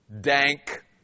dank